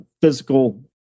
physical